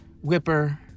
whipper